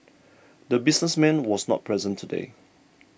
the businessman was not present today